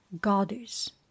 Goddess